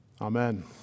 Amen